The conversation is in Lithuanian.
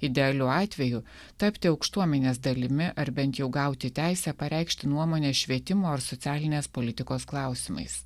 idealiu atveju tapti aukštuomenės dalimi ar bent jau gauti teisę pareikšti nuomonę švietimo ar socialinės politikos klausimais